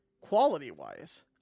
Quality-wise